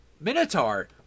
minotaur